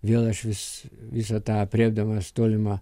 vėl aš vis visą tą aprėpdamas tolimą